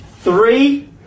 Three